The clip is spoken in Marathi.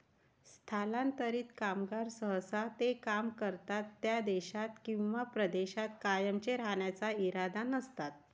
स्थलांतरित कामगार सहसा ते काम करतात त्या देशात किंवा प्रदेशात कायमचे राहण्याचा इरादा नसतात